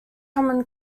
common